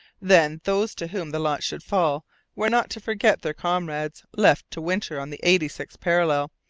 then, those to whom the lot should fall were not to forget their comrades, left to winter on the eighty-sixth parallel,